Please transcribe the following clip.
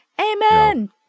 Amen